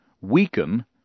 weaken